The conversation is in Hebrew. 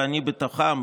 ואני בתוכם,